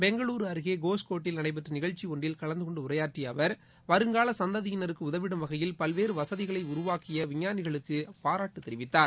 பெங்களூரு அருகே கோஸ்கோட்டில் நடைபெற்ற நிகழ்ச்சி ஒன்றில் கலந்து கொண்டு உரையாற்றிய அவர் வருங்கால சந்ததியினருக்கு உதவிடும் வகையில் பல்வேறு வசதிகளை உருவாக்கிய விஞ்ஞானிகளுக்கு அவர் பாராட்டு தெரிவித்தார்